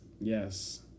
Yes